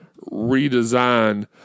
redesign